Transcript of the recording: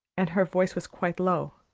and her voice was quite low.